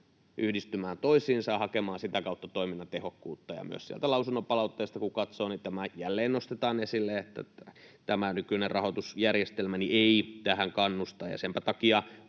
yhdistymään toisiinsa, hakemaan sitä kautta toiminnan tehokkuutta. Myös kun sieltä lausuntopalautteesta katsoo, niin jälleen nostetaan esille, että tämä nykyinen rahoitusjärjestelmä ei tähän kannusta. Senpä takia